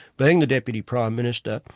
being the deputy prime minister,